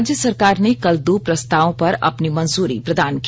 राज्य सरकार ने कल दो प्रस्तावों पर अपनी मंजूरी प्रदान की